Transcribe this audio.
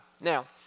Now